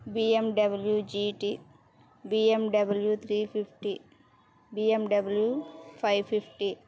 BMW GT BMW three fifty BMW five fifty